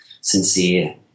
sincere